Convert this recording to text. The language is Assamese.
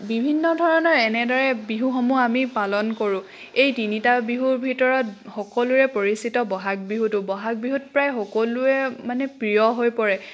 বিভিন্ন ধৰণৰ এনেদৰে বিহুসমূহ আমি পালন কৰোঁ এই তিনিটা বিহুৰ ভিতৰত সকলোৰে পৰিচিত বহাগ বিহুটো বহাগ বিহুত প্ৰায় সকলোৰে মানে প্ৰিয় হৈ পৰে